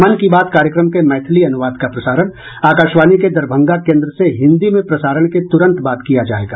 मन की बात कार्यक्रम के मैथिली अनुवाद का प्रसारण आकाशवाणी के दरभंगा केन्द्र से हिन्दी में प्रसारण के तुरंत बाद किया जायेगा